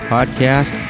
Podcast